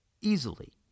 easily